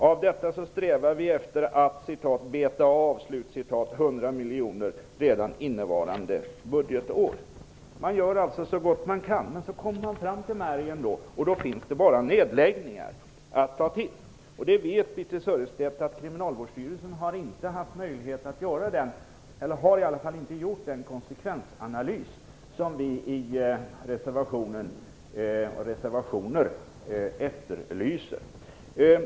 Av detta strävar vi efter att "beta av" 100 miljoner redan innevarande budgetår. Man gör alltså så gott man kan, men sedan kommer man fram till märgen, och då finns det bara nedläggningar att ta till. Birthe Sörestedt vet att Kriminalvårdsstyrelsen inte har haft möjlighet att göra, eller i varje fall inte har gjort, den konsekvensanalys som vi i våra reservationer efterlyser.